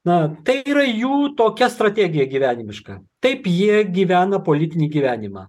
na tai yra jų tokia strategija gyvenimiška taip jie gyvena politinį gyvenimą